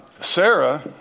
Sarah